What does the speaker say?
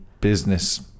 Business